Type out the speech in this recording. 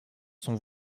son